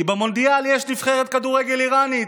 כי במונדיאל יש נבחרת כדורגל איראנית,